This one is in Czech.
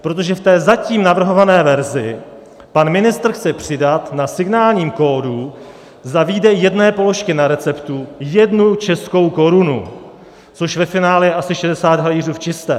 Protože v té zatím navrhované verzi pan ministr chce přidat na signálním kódu za výdej jedné položky na receptu jednu českou korunu, což je ve finále asi 60 haléřů v čistém.